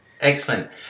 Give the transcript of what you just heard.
Excellent